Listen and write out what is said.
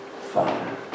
father